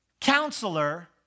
Counselor